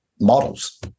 models